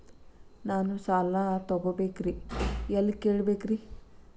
ನಾನು ಸಾಲ ತೊಗೋಬೇಕ್ರಿ ಎಲ್ಲ ಕೇಳಬೇಕ್ರಿ?